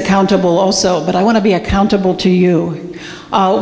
accountable also but i want to be accountable to you